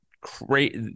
great